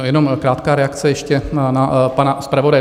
Jenom krátká reakce ještě na pana zpravodaje.